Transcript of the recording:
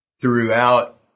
throughout